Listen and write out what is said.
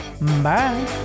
Bye